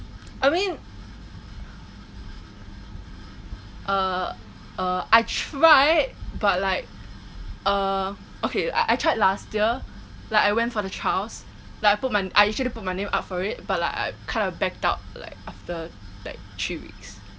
I mean uh uh I tried but like uh okay I I tried last year like I went for the trials like I put my I actually put my name up for it but I kind of backed out like after like three weeks